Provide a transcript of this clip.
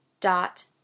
dot